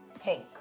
Pink